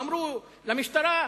אמרו למשטרה,